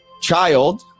child